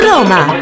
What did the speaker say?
Roma